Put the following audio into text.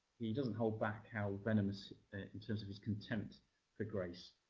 he doesn't hold back how venomous in terms of his contempt for grace.